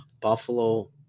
Buffalo